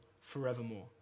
forevermore